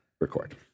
record